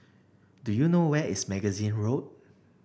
do you know where is Magazine Road